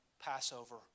Passover